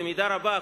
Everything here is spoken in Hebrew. במידה רבה,